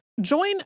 Join